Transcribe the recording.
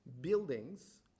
buildings